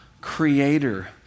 creator